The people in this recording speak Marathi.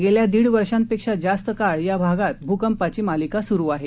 गेल्या दीड वर्षापेक्षा जास्त काळ या भागात भूकंपाची मालिका सुरू आहे